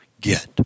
get